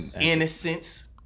innocence